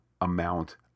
amount